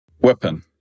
Weapon